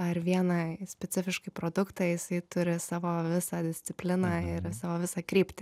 ar vieną specifiškai produktą jisai turi savo visą discipliną ir savo visą kryptį